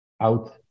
out